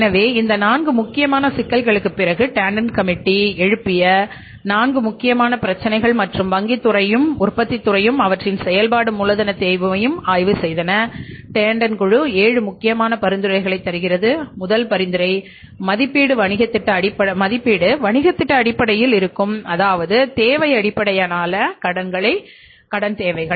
எனவே இந்த 4 முக்கியமான சிக்கல்களுக்குப் பிறகு டேண்டன் கமிட்டி எழுப்பிய நான்கு முக்கியமான பிரச்சினைகள் மற்றும் வங்கித் துறையையும் உற்பத்தித் துறையையும் அவற்றின் செயல்பாட்டு மூலதனத் தேவையையும் ஆய்வு செய்தன டேண்டன் குழு ஏழு முக்கியமான பரிந்துரைகளைத் தருகிறது முதல் பரிந்துரை மதிப்பீடு வணிகத் திட்ட அடிப்படையில் இருக்கும் அதாவது தேவை அடிப்படையிலான கடன் தேவைகள்